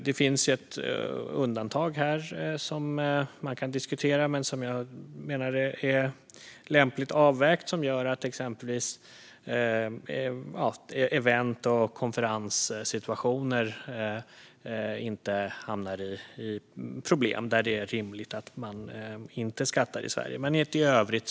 Det finns ett undantag här som man kan diskutera men som jag menar är lämpligt avvägt och som gör att exempelvis event och konferenser, där det är rimligt att man inte skattar i Sverige, inte hamnar i problem.